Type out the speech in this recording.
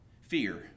Fear